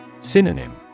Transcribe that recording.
Synonym